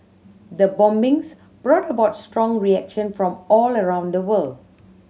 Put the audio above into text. the bombings brought about strong reaction from all around the world